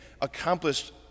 accomplished